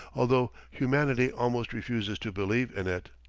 although humanity almost refuses to believe in it.